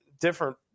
different